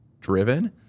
driven